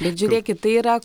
bet žiūrėkit tai yra